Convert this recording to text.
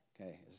Okay